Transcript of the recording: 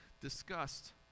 discussed